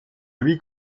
lui